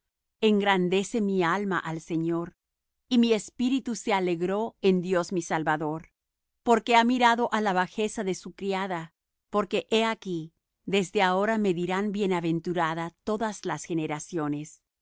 engrandece mi alma al señor y mi espíritu se alegró en dios mi salvador porque ha mirado á la bajeza de su criada porque he aquí desde ahora me dirán bienaventurada todas las generaciones